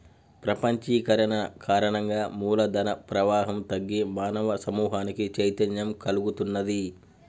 ప్రపంచీకరణ కారణంగా మూల ధన ప్రవాహం తగ్గి మానవ సమూహానికి చైతన్యం కల్గుతున్నాది